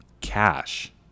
cash